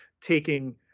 taking